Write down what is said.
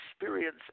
experience